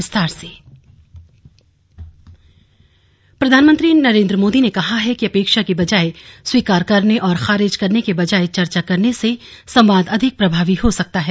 slug Mann Ki Baat प्रधानमंत्री नरेन्द्र मोदी ने कहा है कि अपेक्षा की बजाय स्वीकार करने और खारिज करने की बजाय चर्चा करने से संवाद अधिक प्रभावी हो सकता है